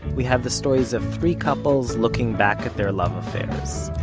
we have the stories of three couples looking back at their love affairs,